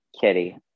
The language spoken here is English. Kitty